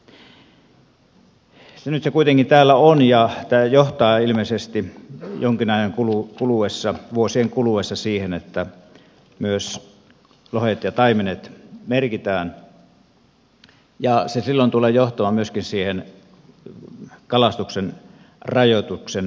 nyt se kuitenkin täällä on ja tämä johtaa ilmeisesti jonkin ajan kuluessa vuosien kuluessa siihen että myös lohet ja taimenet merkitään ja se silloin tulee johtamaan myöskin kalastuksen rajoituksen muutoksiin